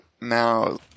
now